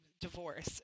divorce